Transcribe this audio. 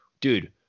dude